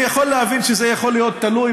אני יכול להבין שזה יכול להיות תלוי